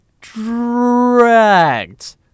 dragged